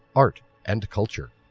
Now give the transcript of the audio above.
art and culture.